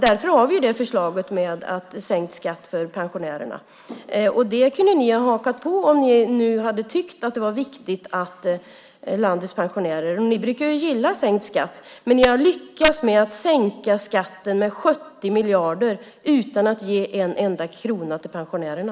Därför har vi förslaget med sänkt skatt för pensionärerna. Det kunde ni ha hakat på om ni hade tyckt att landets pensionärer är viktiga. Ni brukar gilla sänkt skatt, men ni har lyckats med att sänka skatten med 70 miljarder utan att ge en enda krona till pensionärerna.